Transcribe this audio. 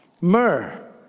Myrrh